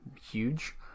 huge